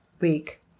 week